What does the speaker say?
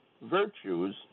virtues